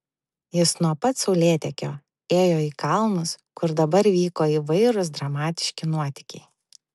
jis nuo pat saulėtekio ėjo į kalnus kur dabar vyko įvairūs dramatiški nuotykiai